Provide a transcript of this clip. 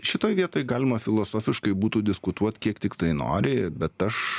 šitoj vietoj galima filosofiškai būtų diskutuot kiek tiktai nori bet aš